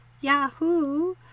Yahoo